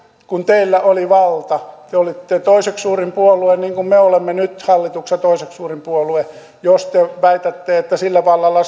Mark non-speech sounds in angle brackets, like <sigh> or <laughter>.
kun teillä oli valta te olitte toiseksi suurin puolue niin kuin me olemme nyt hallituksessa toiseksi suurin puolue jos te väitätte että sillä vallalla <unintelligible>